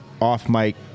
off-mic